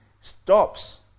stops